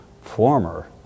former